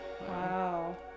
Wow